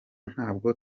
ntabwo